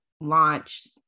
launched